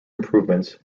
improvements